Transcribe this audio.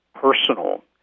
personal